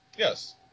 Yes